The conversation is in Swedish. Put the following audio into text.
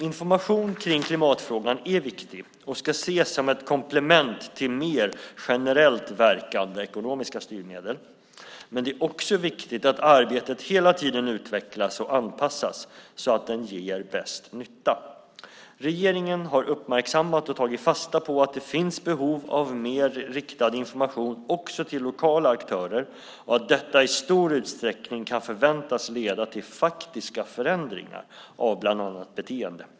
Information kring klimatfrågan är viktig och ska ses som ett komplement till mer generellt verkande ekonomiska styrmedel. Men det är också viktigt att arbetet hela tiden utvecklas och anpassas så att det ger bäst nytta. Regeringen har uppmärksammat och tagit fasta på att det finns behov av mer riktad information också till lokala aktörer och att detta i stor utsträckning kan förväntas leda till faktiska förändringar av bland annat beteende.